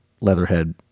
Leatherhead